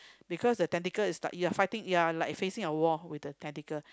because the tentacle is like you are fighting you are like facing a war with the tentacle